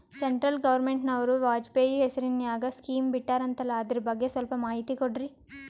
Central ಗವರ್ನಮೆಂಟನವರು ವಾಜಪೇಯಿ ಹೇಸಿರಿನಾಗ್ಯಾ scheme ಬಿಟ್ಟಾರಂತಲ್ಲ ಅದರ ಬಗ್ಗೆ ಸ್ವಲ್ಪ ಮಾಹಿತಿ ಕೊಡ್ರಿ?